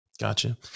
Gotcha